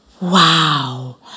Wow